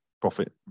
profit